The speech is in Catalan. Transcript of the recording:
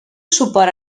suport